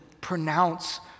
pronounce